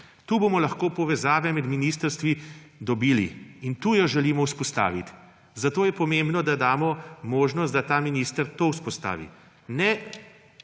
Tu bomo lahko povezave med ministrstvi dobili. In tu jo želimo vzpostaviti. Zato je pomembno, da damo možnost, da ta minister to vzpostavi.